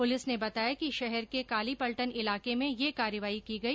police ने बताया कि शहर के कालीपलटन इलाके में यह कार्रवाई की गई